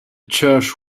church